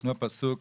ישנו פסוק